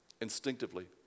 instinctively